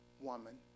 woman